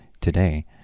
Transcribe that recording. today